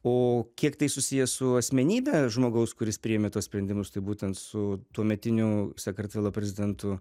o kiek tai susiję su asmenybe žmogaus kuris priėmė tuos sprendimus tai būtent su tuometiniu sakartvelo prezidentu